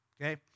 Okay